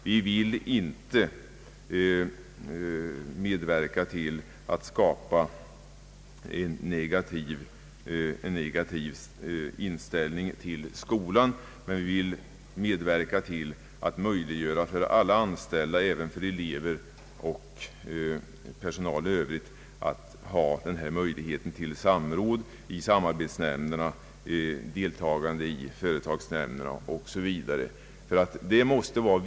Vi vill inte medverka till att skapa en negativ inställning till skolan, men vi vill medverka till att alla anställda och även eleverna får möjlighet till samråd i samarbetsnämnderna, deltagande i företagsnämnderna o. s. v.